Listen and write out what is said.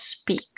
speak